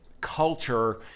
culture